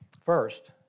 First